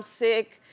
sick,